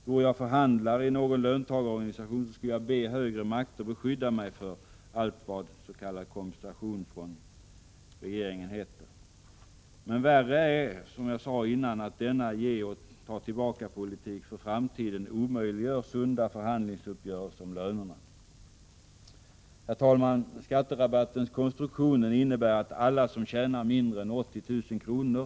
Vore jag förhandlare i någon löntagarorganisation skulle jag be högre makter beskydda mig för allt vad s.k. kompensation från regeringen heter. Men värre är, som jag sade tidigare, att denna ge-och-ta-tillbaka-politik för framtiden omöjliggör sunda förhandlingsuppgörelser om lönerna. Herr talman! Skatterabattens konstruktion innebär att alla som tjänar mindre än 80 000 kr.